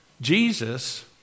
Jesus